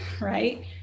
right